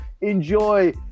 Enjoy